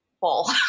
full